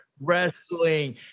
wrestling